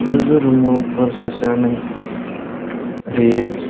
रुजु रुमु बोर सारस्रिनानै होयो